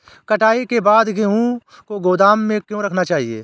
कटाई के बाद गेहूँ को गोदाम में क्यो रखना चाहिए?